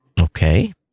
Okay